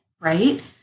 right